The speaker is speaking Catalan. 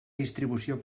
distribució